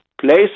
place